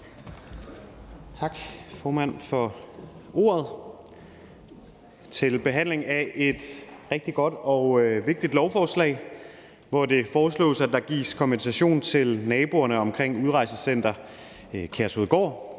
Tak, formand, for ordet til behandlingen af et rigtig godt og vigtigt lovforslag, hvor det foreslås, at der gives kompensation til naboerne omkring Udrejsecenter Kærshovedgård.